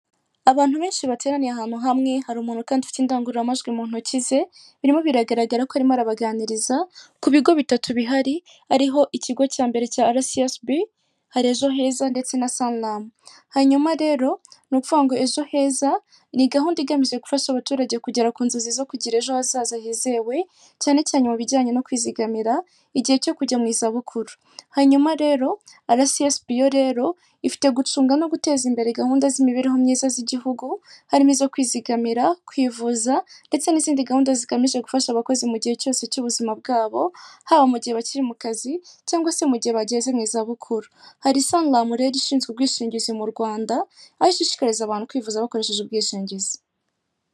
Abantu benshi bateraniye ahantu hamwe hari umuntu kandi ufite indangururamajwi mu ntoki ze birimo biragaragara ko arimo arabaganiriza ku bigo bitatu bihari ariho ikigo cya mbere cya Arayesesibi hari Ejo Heza ndetse na Saniramu, hanyuma rero ni ukuvuga ngo Ejo Heza ni gahunda igamije gufasha abaturage kugera ku nzozi zo kugira ejo hazaza hizewe cyane cyane mu bijyanye no kwizigamira igihe cyo kujya mu za bukuru, hanyuma rero Arayesesibi yo rero ifite gucunga no guteza imbere gahunda z'imibereho myiza z'igihugu harimo izo kwizigamira kwivuza ndetse n'izindi gahunda zigamije gufasha abakozi mu gihe cyose cy'ubuzima bwabo haba mu gihe bakiri mu kazi cyangwa se mu gihe bageze mu za bukuru, hari Saniramu rero ishinzwe ubwishingizi mu rwanda aho ishishikariza abantu kwivuza bakoresheje ubwishingizi.